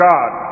God